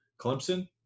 Clemson